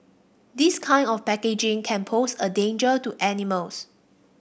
this kind of packaging can pose a danger to animals